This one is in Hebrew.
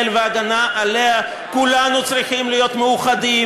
והגנה עליה כולנו צריכים להיות מאוחדים,